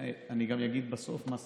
אני גם אגיד בסוף מה סיכמנו.